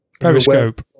Periscope